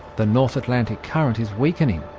the north atlantic current is weakening.